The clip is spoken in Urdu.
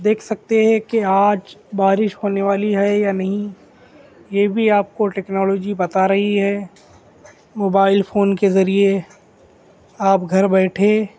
دیکھ سکتے ہے کہ آج بارش ہونے والی ہے یا نہیں یہ بھی آپ کو ٹیکنالوجی بتا رہی ہے موبائل فون کے ذریعے آپ گھر بیٹھے